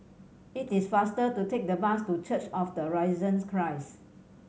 it is faster to take the bus to Church of the Risen Christ